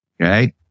okay